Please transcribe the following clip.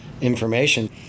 information